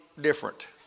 different